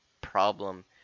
problem